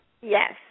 Yes